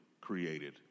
created